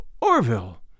Orville